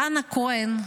חנה כהן,